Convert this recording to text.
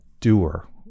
Doer